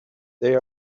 they